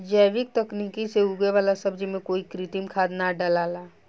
जैविक तकनीक से उगे वाला सब्जी में कोई कृत्रिम खाद ना डलाला